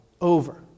Over